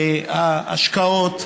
ההשקעות,